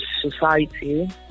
society